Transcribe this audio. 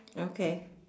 okay